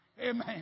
Amen